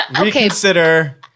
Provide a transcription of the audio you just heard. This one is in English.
Reconsider